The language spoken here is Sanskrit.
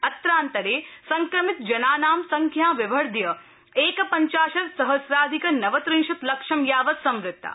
अत्रान्तरे संक्रमितजनानां संख्या विवर्ध्य एकपब्चाशत् सहस्राधिक नवत्रिंशत् लक्षं यावत् संवृत्ता